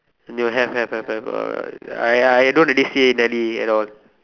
you have have have have uh I I don't really see Nelly at all